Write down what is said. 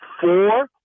four